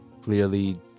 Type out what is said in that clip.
clearly